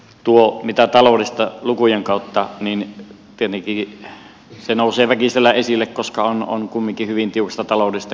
tuo mitä taloudesta lukujen kautta nousee esille niin tietenkin se nousee väkisellä esille koska on kuitenkin hyvin tiukasta taloudesta kysymys